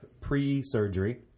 pre-surgery